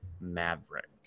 Maverick